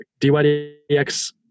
DYDX